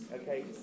Okay